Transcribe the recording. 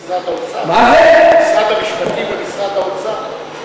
משרד המשפטים ומשרד האוצר?